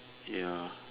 ya